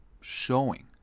showing